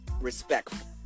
respectful